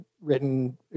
written